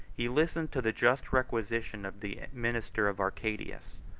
he listened to the just requisition of the minister of arcadius,